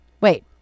Wait